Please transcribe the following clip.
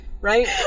Right